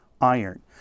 iron